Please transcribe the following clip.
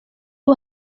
ubu